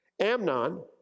Amnon